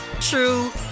true